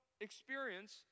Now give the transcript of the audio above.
experience